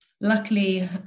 Luckily